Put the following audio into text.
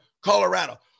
Colorado